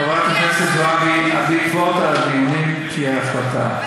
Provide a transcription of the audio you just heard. חברת הכנסת זועבי, בעקבות הדיונים תהיה החלטה.